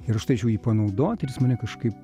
ir aš turėčiau jį panaudot ir jis mane kažkaip